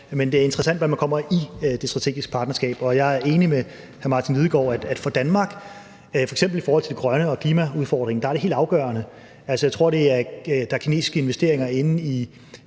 men det er interessant, hvad man kommer i det strategiske partnerskab. Og jeg er enig med hr. Martin Lidegaard i, at for Danmark – f.eks. i forhold til det grønne og klimaudfordringen – er det helt afgørende. Jeg tror, der er kinesiske investeringer inde i